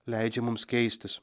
leidžia mums keistis